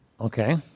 Okay